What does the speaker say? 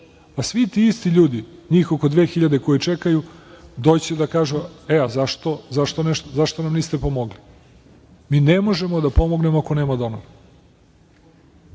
Svi ti isti ljudi, njih oko 2.000 koji čekaju doći će da kažu, zašto nam niste pomogli. Mi ne možemo da pomognemo ako nema donora.